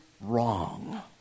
wrong